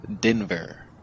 Denver